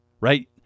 right